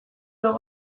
blog